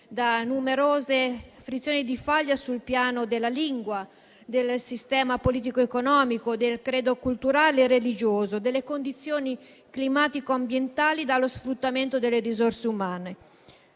da numerose frizioni di faglia sul piano della lingua, del sistema politico-economico, del credo culturale e religioso, delle condizioni climatico-ambientali e dello sfruttamento delle risorse umane.